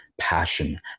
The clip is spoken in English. passion